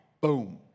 boom